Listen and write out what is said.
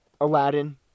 Aladdin